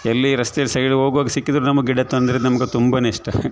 ಎಲ್ಲಿ ರಸ್ತೆಯಲ್ಲಿ ಸೈಡ್ಗೆ ಹೋಗುವಾಗ ಸಿಕ್ಕಿದರೂ ನಮಗೆ ಗಿಡ ತಂದರೆ ನಮ್ಗದು ತುಂಬಾ ಇಷ್ಟ